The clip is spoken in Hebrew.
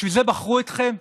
בשביל זה בחרו אתכם?